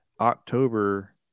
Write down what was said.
October